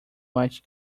much